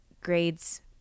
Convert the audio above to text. grades